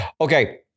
Okay